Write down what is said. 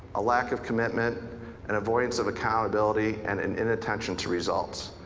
a lack of commitment and avoidance of accountability and an inattention to results.